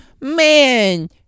man